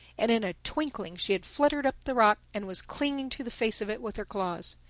and in a twinkling she had fluttered up the rock and was clinging to the face of it with her claws.